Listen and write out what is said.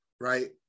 right